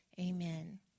amen